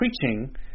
preaching